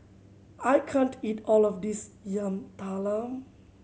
I can't eat all of this Yam Talam